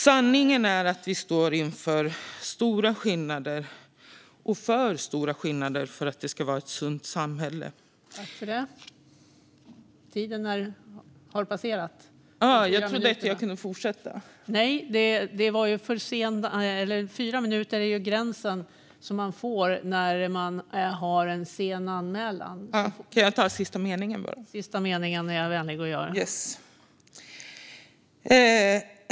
Sanningen är att vi står inför stora skillnader - för stora skillnader för att det ska vara ett sunt samhälle.